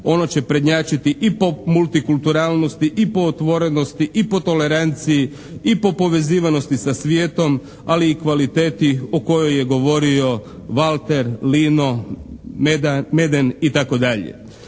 ono će prednjačiti i po multikulturalnosti i po otvorenosti i po toleranciji i po povezivanosti sa svijetom, ali i kvaliteti o kojoj je govorio Valter, Lino, Meden, itd.